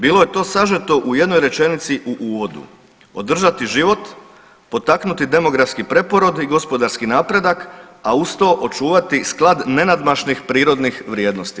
Bilo je to sažeto u jednoj rečenici u uvodu, održati život, potaknuti demografski preporod i gospodarski napredak, a uz to očuvati sklad nenadmašnih prirodnih vrijednosti.